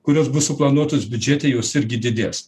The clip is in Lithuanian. kurios bus suplanuotos biudžete jos irgi didės